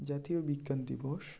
জাতীয় বিজ্ঞান দিবস